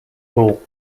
pool